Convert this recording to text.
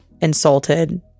insulted